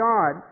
God